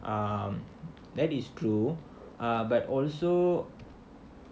um that is true ah but also